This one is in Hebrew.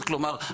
כלומר,